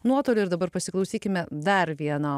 nuotolį ir dabar pasiklausykime dar vieno